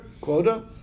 quota